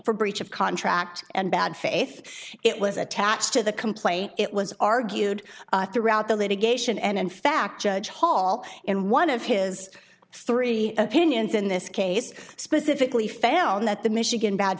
for breach of contract and bad faith it was attached to the complaint it was argued throughout the litigation and in fact judge hall in one of his three opinions in this case specifically found that the michigan bad